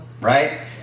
right